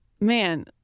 Man